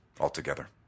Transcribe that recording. altogether